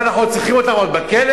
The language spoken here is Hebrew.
מה, אנחנו צריכים אותם עוד בכלא?